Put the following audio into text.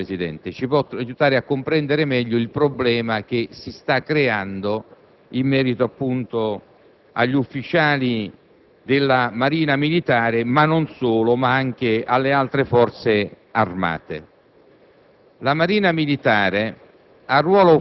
questo ci può aiutare a comprendere meglio il problema che si sta creando in merito agli ufficiali